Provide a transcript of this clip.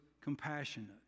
compassionate